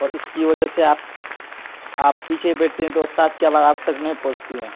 اور اس کی وجہ سے آپ آپ پیچھے بیٹھتے ہیں تو استاد کی آواز آپ تک نہیں پہنچتی ہے